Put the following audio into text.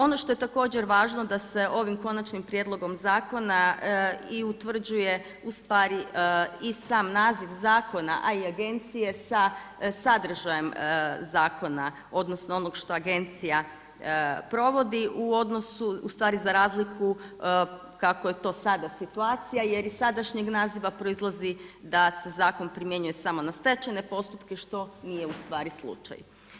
Ono što je također važno da se ovim konačnim prijedlogom zakona i utvrđuje ustvari i sam naziv zakona a i agencije sa sadržajem zakona, odnosno onog što agencija provodi u odnosu, ustvari za razliku kako je to sada situacija jer iz sadašnjeg naziva proizlazi da se zakon primjenjuje samo na stečajne postupke što nije ustvari slučaj.